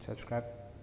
subscribe